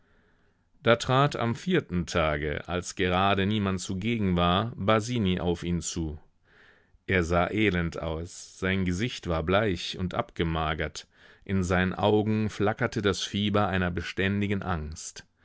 da trat am vierten tage als gerade niemand zugegen war basini auf ihn zu er sah elend aus sein gesicht war bleich und abgemagert in seinen augen flackerte das fieber einer beständigen angst